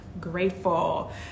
grateful